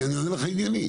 אני עונה לך עניינית.